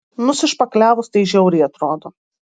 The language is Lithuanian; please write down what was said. nusišpakliavus tai žiauriai atrodo